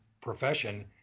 profession